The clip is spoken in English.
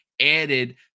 added